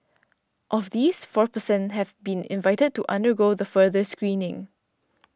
of these four per cent have been invited to undergo the further screening